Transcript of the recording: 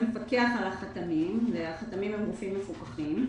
שמפקח על החתמים, והחתמים הם גופים מפוקחים,